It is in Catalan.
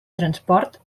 transport